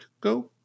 go